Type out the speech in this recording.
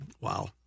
Wow